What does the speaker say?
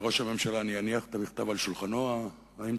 לראש הממשלה אני אניח את המכתב על שולחנו האמצעי,